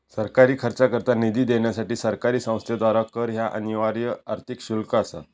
सरकारी खर्चाकरता निधी देण्यासाठी सरकारी संस्थेद्वारा कर ह्या अनिवार्य आर्थिक शुल्क असा